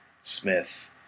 Smith